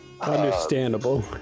Understandable